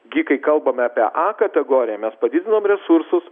gi kai kalbame apie a kategoriją mes padidinom resursus